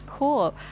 Cool